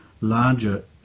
larger